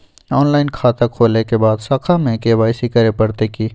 Online खाता खोलै के बाद शाखा में के.वाई.सी करे परतै की?